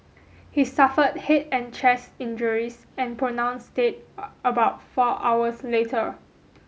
he suffered head and chest injuries and pronounced dead about four hours later